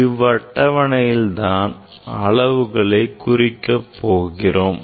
இவ்வட்டவணையில் தான் அளவுகளை குறிக்கப் போகிறோம்